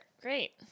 Great